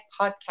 Podcast